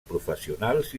professionals